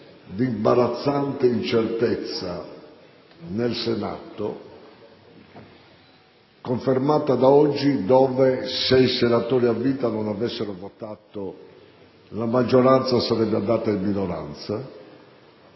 di imbarazzante incertezza nel Senato, confermata da quanto accaduto oggi perché se sei senatori a vita non avessero votato la maggioranza sarebbe andata in minoranza,